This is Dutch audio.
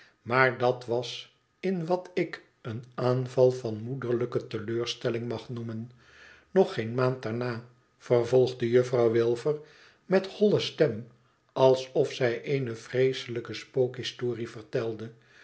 maar dat was in wat ik een aanval van moederlijke teleurstelling mag noemen nog geen maand daarna vervolgde jufouw wilfer met holle stem alsof zij eene vreeselijke spookhistprie vertelde